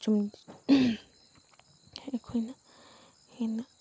ꯑꯩꯈꯣꯏꯅ ꯑꯩꯅ